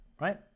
right